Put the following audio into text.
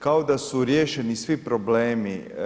Kao da su riješeni svi problemi.